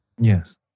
Yes